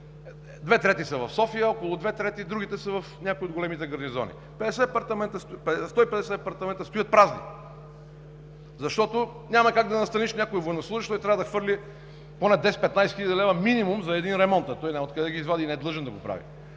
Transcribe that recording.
две трети са в София, другите са в някои от големите гарнизони. 150 апартамента стоят празни, защото няма как да настаниш някой военнослужещ. Той трябва да хвърли поне 10 – 15 хил. лв. минимум за един ремонт, а няма откъде да ги извади и не е длъжен да го прави.